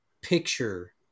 picture